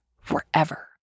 forever